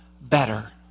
better